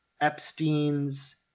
Epstein's